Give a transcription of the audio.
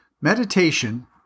Meditation